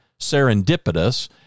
serendipitous